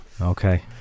Okay